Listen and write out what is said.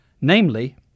namely